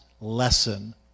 lesson